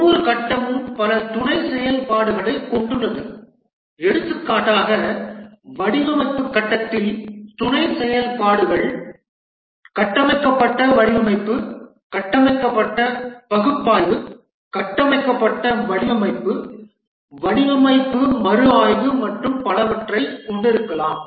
ஒவ்வொரு கட்டமும் பல துணை செயல்பாடுகளைக் கொண்டுள்ளது எடுத்துக்காட்டாக வடிவமைப்பு கட்டத்தில் துணை செயல்பாடுகள் கட்டமைக்கப்பட்ட வடிவமைப்பு கட்டமைக்கப்பட்ட பகுப்பாய்வு கட்டமைக்கப்பட்ட வடிவமைப்பு வடிவமைப்பு மறுஆய்வு மற்றும் பலவற்றைக் கொண்டிருக்கலாம்